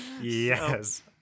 yes